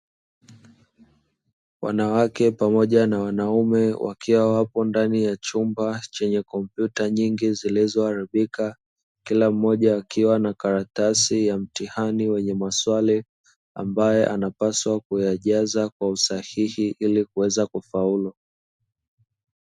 Wanawake pamoja na wanaume wakiwa wapo ndani ya chumba chenye kompyuta nyingi zilizoharibika, kila mmoja akiwa na karatasi ya mtihani wenye maswali ambayo anapaswa kuyajaza kwa usahihi ili kuweza kufaulu.